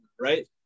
right